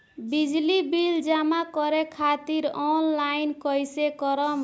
बिजली बिल जमा करे खातिर आनलाइन कइसे करम?